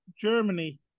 Germany